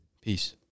Peace